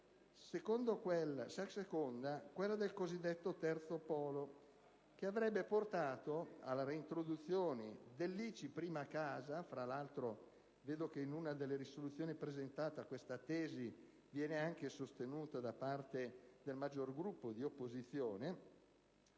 seconda, quella del cosiddetto terzo polo, avrebbe portato alla reintroduzione dell'ICI sulla prima casa (tra l'altro, credo che in una delle risoluzioni presentate questa tesi venga anche sostenuta da parte del maggior Gruppo di opposizione),